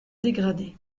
dégradé